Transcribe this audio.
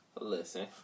Listen